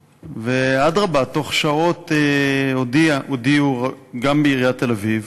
אדרבה, בתוך שעות הודיעו גם בעיריית תל-אביב